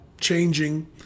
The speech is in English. changing